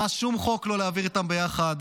ממש שום חוק לא להעביר איתם ביחד,